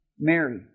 Mary